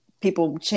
people